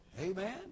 Amen